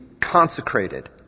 consecrated